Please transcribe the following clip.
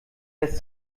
lässt